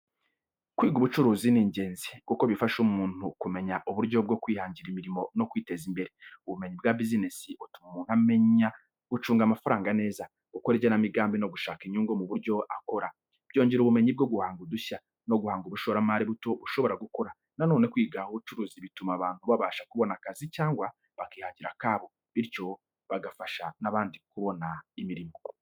Kwiga ubucuruzi ni ingenzi kuko bifasha umuntu kumenya uburyo bwo kwihangira imirimo no kwiteza imbere. Ubumenyi bwa business butuma umuntu amenya gucunga amafaranga neza, gukora igenamigambi no gushaka inyungu mu byo akora. Byongera ubumenyi bwo guhanga udushya no guhanga ubushoramari buto bushobora gukura. Na none, kwiga ubucuruzi bituma abantu babasha kubona akazi cyangwa bakihangira akabo, bityo bagafasha n’abandi kubona imirimo.